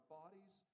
bodies